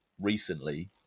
recently